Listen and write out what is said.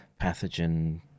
pathogen